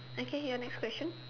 okay your next question